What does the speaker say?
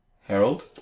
Harold